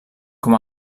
com